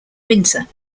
winter